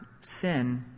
sin